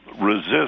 Resist